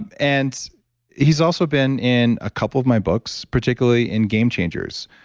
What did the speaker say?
and and he's also been in a couple of my books, particularly in game changers,